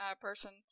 person